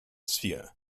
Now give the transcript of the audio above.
sphere